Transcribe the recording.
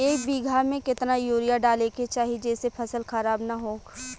एक बीघा में केतना यूरिया डाले के चाहि जेसे फसल खराब ना होख?